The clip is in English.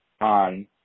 on